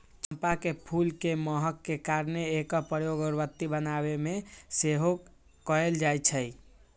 चंपा के फूल के महक के कारणे एकर प्रयोग अगरबत्ती बनाबे में सेहो कएल जाइ छइ